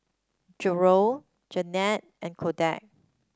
Jerrold Janette and Koda